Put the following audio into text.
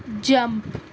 jump